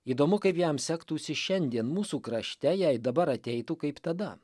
įdomu kaip jam sektųsi šiandien mūsų krašte jei dabar ateitų kaip tada